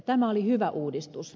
tämä oli hyvä uudistus